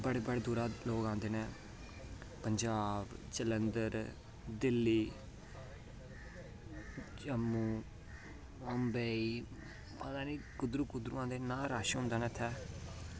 बड़ी बड़ी दूरा लोक औंदे न पंजाब जलंधर दिल्ली जम्मू मुंबई पता निं कुद्धरा औंदे इन्ना रश होंदा नी इत्थै